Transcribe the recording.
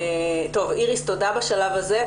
איריס תודה בשלב הזה.